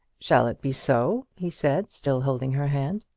shall it be so? he said, still holding her hand.